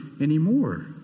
anymore